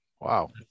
Wow